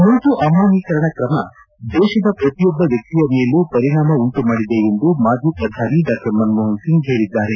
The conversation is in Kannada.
ನೋಟು ಅಮಾನ್ಯೀಕರಣ ತ್ರಮ ದೇಶದ ಪ್ರತಿಯೊಬ್ಬ ವ್ಯಕ್ತಿಯ ಮೇಲೂ ಪರಿಣಾಮ ಉಂಟು ಮಾಡಿದೆ ಎಂದು ಮಾಜಿ ಪ್ರಧಾನಿ ಡಾ ಮನಮೋಹನ್ ಸಿಂಗ್ ಹೇಳಿದ್ದಾರೆ